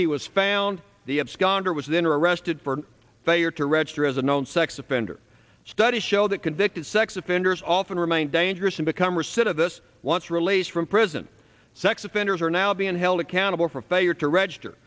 he was found the absconder was then arrested for failure to register as a known sex offender studies show that convicted sex offenders often remain dangerous and become or set of this once released from prison sex offenders are now being held accountable for failure to register